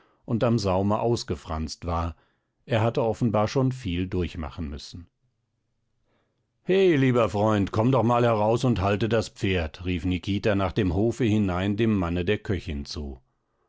und am saume ausgefranst war er hatte offenbar schon viel durchmachen müssen he lieber freund komm doch mal heraus und halte das pferd rief nikita nach dem hofe hinein dem manne der köchin zu